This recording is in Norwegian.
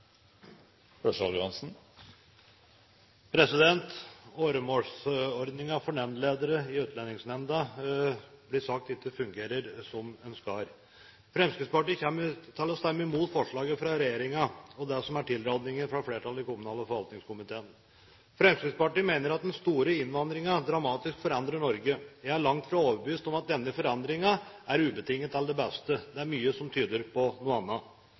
for nemndledere i Utlendingsnemnda ikke fungerer som den skal. Fremskrittspartiet kommer til å stemme imot forslaget fra regjeringen og det som er tilrådningen fra flertallet i kommunal- og forvaltningskomiteen. Fremskrittspartiet mener at den store innvandringen dramatisk forandrer Norge. Jeg er langt fra overbevist om at denne forandringen ubetinget er til det beste. Det er mye som tyder på noe